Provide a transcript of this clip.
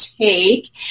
take